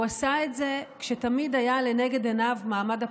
והוא עשה את זה כשתמיד היה לנגד עיניו מעמד הפועלים,